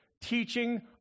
teaching